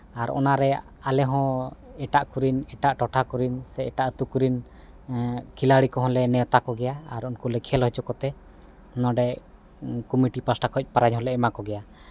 ᱟᱨ ᱚᱱᱟᱨᱮ ᱟᱞᱮ ᱦᱚᱸ ᱮᱴᱟᱜ ᱠᱚᱨᱮᱱ ᱮᱴᱟᱜ ᱴᱚᱴᱷᱟ ᱠᱚᱨᱮᱱ ᱥᱮ ᱮᱴᱟᱜ ᱟᱹᱛᱩ ᱠᱚᱨᱮᱱ ᱠᱷᱮᱞᱟᱲᱤ ᱠᱚᱦᱚᱸᱞᱮ ᱱᱮᱶᱛᱟ ᱠᱚᱜᱮᱭᱟ ᱟᱨ ᱩᱱᱠᱩᱞᱮ ᱠᱷᱮᱞ ᱦᱚᱪᱚᱠᱚᱛᱮ ᱱᱚᱸᱰᱮ ᱠᱚᱢᱤᱴᱤ ᱯᱟᱦᱟᱴᱟ ᱠᱷᱚᱱ ᱯᱨᱟᱭᱤᱡᱽ ᱦᱚᱸᱞᱮ ᱮᱢᱟ ᱠᱚᱜᱮᱭᱟ